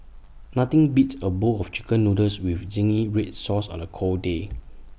nothing beats A bowl of Chicken Noodles with Zingy Red Sauce on A cold day